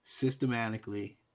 systematically